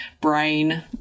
brain